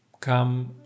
come